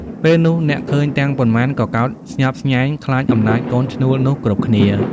ពេលនោះ អ្នកឃើញទាំងប៉ុន្មានក៏កោតស្ញប់ស្ញែង ខ្លាចអំណាចកូនឈ្នួលនោះគ្រប់គ្នា ។